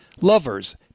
lovers